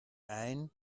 ein